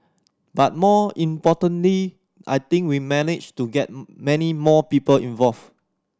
but more importantly I think we managed to get many more people involved